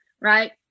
right